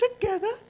Together